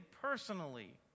personally